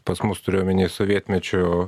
pas mus turiu omeny sovietmečiu